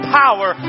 power